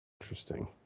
Interesting